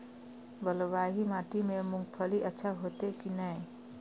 बलवाही माटी में मूंगफली अच्छा होते की ने?